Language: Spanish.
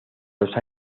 los